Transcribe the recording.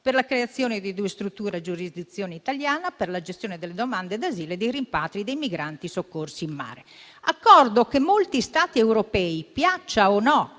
per la creazione di due strutture a giurisdizione italiana per la gestione delle domande d'asilo e dei rimpatri dei migranti soccorsi in mare; accordo che molti Stati europei - piaccia o no